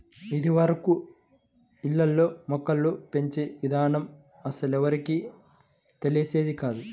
ఇదివరకు ఇళ్ళల్లో మొక్కలు పెంచే ఇదానం అస్సలెవ్వరికీ తెలిసేది కాదు